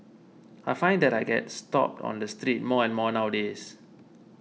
I find that I get stopped on the street more and more nowadays